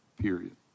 period